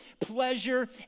pleasure